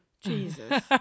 Jesus